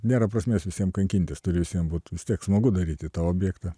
nėra prasmės visiem kankintis turi visiem būt vis tiek smagu daryti tą objektą